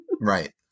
Right